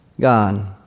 God